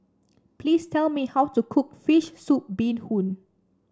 please tell me how to cook fish soup Bee Hoon